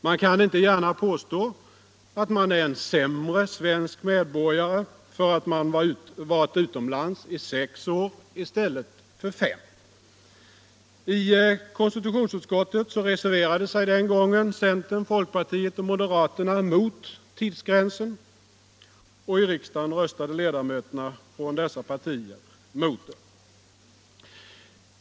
Man kan inte gärna påstå att man är en sämre svensk medborgare därför att man varit utomlands i sex år i stället för fem. I konstitutionsutskottet reserverade sig den gången centern, folkpartiet och moderaterna mot tidsgränsen, och i riksdagen röstade ledamöterna från dessa partier mot den.